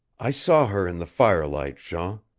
i saw her in the firelight, jean.